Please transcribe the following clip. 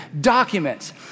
documents